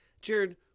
Jared